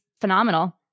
phenomenal